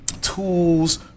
tools